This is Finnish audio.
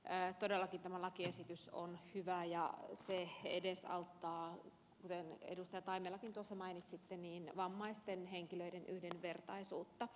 todellakin tämä lakiesitys on hyvä ja se edesauttaa kuten edustaja taimelakin tuossa mainitsitte vammaisten henkilöiden yhdenvertaisuutta